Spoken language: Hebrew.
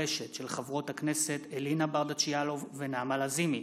חברות הכנסת אלינה ברדץ' יאלוב ונעמה לזימי